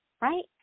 Right